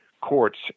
courts